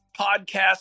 podcast